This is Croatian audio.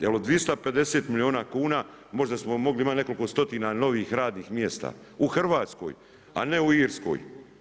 Jel' od 250 milijuna kuna možda smo mogli imati nekoliko stotina novih radnih mjesta u Hrvatskoj, a ne u Irskoj.